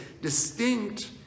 distinct